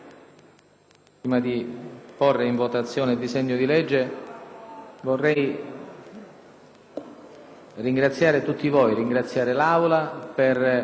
ringraziare tutti voi, ringraziare l'Assemblea per il clima di grande collaborazione che è stato posto in essere da tutti i colleghi sin dal lavoro in Commissione.